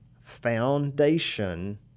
foundation